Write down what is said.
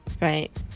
right